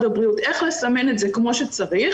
הבריאות איך לסמן את זה כמו שצריך,